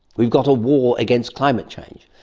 we've got a war against climate change,